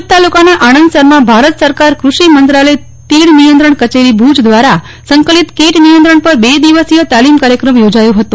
ભુજ તાલુકાના આણંદસરમાં ભારત સરકાર કૃષિ મંત્રાલય તીડ નિયંત્રણ કચેરી ભુજ દ્વારા સંકલિત કીટ નિયંત્રણ પર બે દિવસીય તાલીમ કાર્યક્રમ ચોજાયો હતો